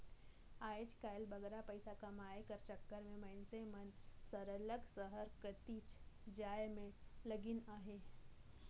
आएज काएल बगरा पइसा कमाए कर चक्कर में मइनसे मन सरलग सहर कतिच जाए में लगिन अहें